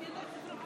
אני קובע שההצעה לא